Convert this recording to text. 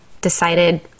decided